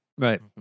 Right